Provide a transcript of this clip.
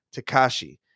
Takashi